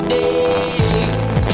days